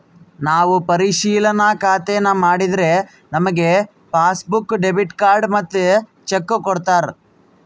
ನಾವು ಪರಿಶಿಲನಾ ಖಾತೇನಾ ಮಾಡಿದ್ರೆ ನಮಿಗೆ ಪಾಸ್ಬುಕ್ಕು, ಡೆಬಿಟ್ ಕಾರ್ಡ್ ಮತ್ತೆ ಚೆಕ್ಕು ಕೊಡ್ತಾರ